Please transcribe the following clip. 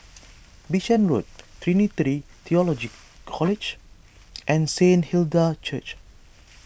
Bishan Road Trinity theological College and Saint Hilda's Church